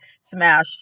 smash